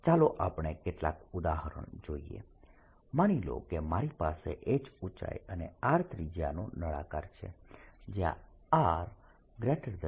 ચાલો આપણે કેટલાક ઉદાહરણ જોઈએ માની લો કે મારી પાસે h ઊચાઇ અને R ત્રિજ્યાનો નળાકાર છે જ્યા R h છે